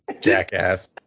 Jackass